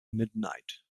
midnight